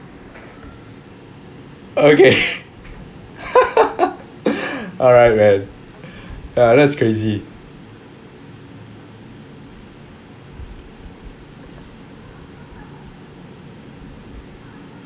okay alright then ya that's crazy